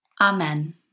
Amen